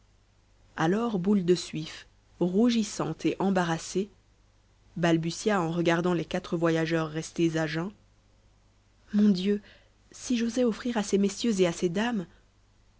alors boule de suif rougissante et embarrassée balbutia en regardant les quatre voyageurs restés à jeun mon dieu si j'osais offrir à ces messieurs et à ces dames